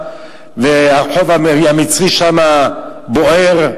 והרחוב המצרי שם בוער,